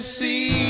see